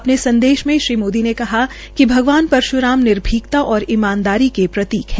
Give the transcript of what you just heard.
अपने संदेश में श्री मोदी ने कहा कि भगवान परश्राम बहाद्री और ईमानदारी के प्रतीक है